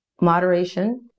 moderation